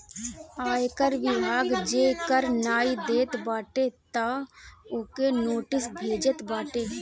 आयकर विभाग जे कर नाइ देत बाटे तअ ओके नोटिस भेजत बाटे